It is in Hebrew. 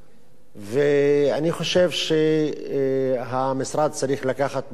ואני חושב שהמשרד צריך לקחת ברצינות רבה